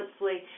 monthly